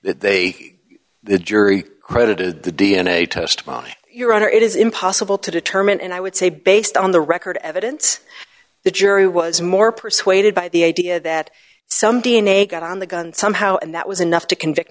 that they the jury credited the d n a test by your honor it is impossible to determine and i would say based on the record evidence the jury was more persuaded by the idea that some d n a got on the gun somehow and that was enough to convict